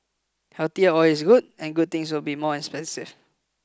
healthier oil is good and good things will be more expensive